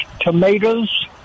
tomatoes